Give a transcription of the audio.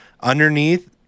underneath